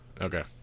okay